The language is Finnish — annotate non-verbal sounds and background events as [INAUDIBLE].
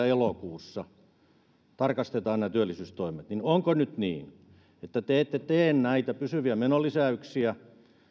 [UNINTELLIGIBLE] elokuussa kaksituhattakaksikymmentä tarkastetaan nämä työllisyystoimet niin onko nyt niin että te ette tee näitä pysyviä menolisäyksiä